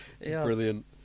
Brilliant